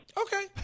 Okay